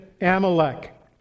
Amalek